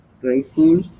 grateful